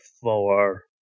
four